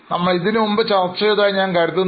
നമ്മൾ ഇതിനു മുമ്പ് ചർച്ച ചെയ്തതായി ഞാൻ കരുതുന്നു